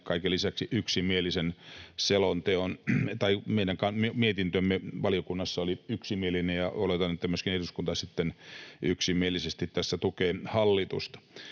kaiken lisäksi yksimielisen mietinnön. Meidän mietintömme valiokunnassa oli yksimielinen, ja oletan, että myöskin eduskunta sitten yksimielisesti tässä tukee hallitusta.